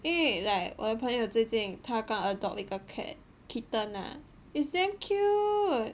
eh like 我朋友最近他刚 adopt 一个 cat kitten ah it's damn cute